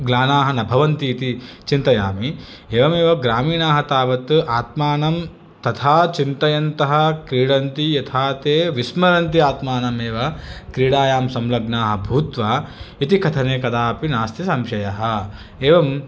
ग्लानाः न भवन्ति इति चिन्तयामि एवमेव ग्रामीणाः तावत् आत्मानं तथा चिन्तयन्तः क्रीडन्ति यथा ते विस्मरन्ति आत्मानमेव क्रीडायां संलग्नाः भूत्वा इति कथने कदापि नास्ति संशयः एवं